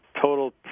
total